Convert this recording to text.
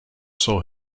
saw